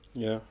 ya